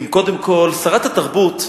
שרת התרבות,